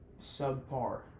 subpar